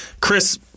Chris